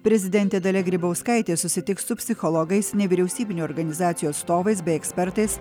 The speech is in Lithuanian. prezidentė dalia grybauskaitė susitiks su psichologais nevyriausybinių organizacijų atstovais bei ekspertais